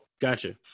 Gotcha